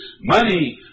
money